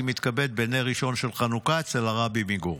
מתכבד בנר ראשון של חנוכה אצל הרבי מגור,